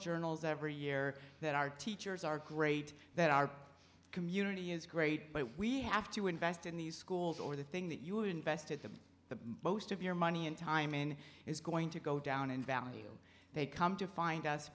journal's every year that our teachers are great that our community is great but we have to invest in these schools or the thing that you would invest it in the most of your money and time in is going to go down in value they come to find us